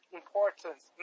importance